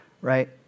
right